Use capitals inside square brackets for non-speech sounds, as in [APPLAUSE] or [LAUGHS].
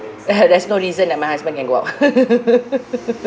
[LAUGHS] there's no reason that my husband can go out [LAUGHS]